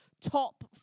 top